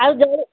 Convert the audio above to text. ଆଉ ଯୋଉ